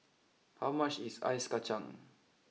how much is Ice Kachang